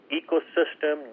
ecosystem